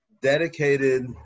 dedicated